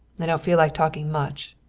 i don't feel like talking much.